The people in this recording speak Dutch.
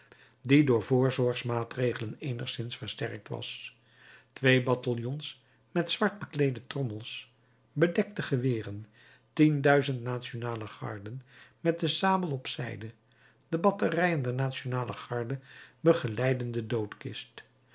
die door voorzorgsmaatregelen eenigszins versterkt was twee bataljons met zwart bekleede trommels bedekte geweren tienduizend nationale garden met de sabel op zijde de batterijen der nationale garde begeleidden de